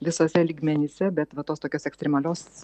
visuose lygmenyse bet va tos tokios ekstremalios